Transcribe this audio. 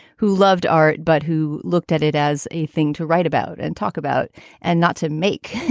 who loved art, but who looked at it as a thing to write about and talk about and not to make,